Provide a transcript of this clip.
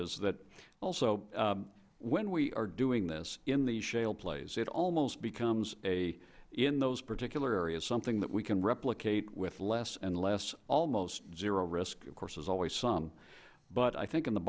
is that also when we are doing this in the shale plays it almost becomes a in those particular areas something that we can replicate with less and less almost zero risk of course there's always some but i think in the